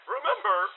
Remember